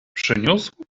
przyniósł